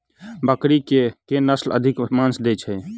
बकरी केँ के नस्ल अधिक मांस दैय छैय?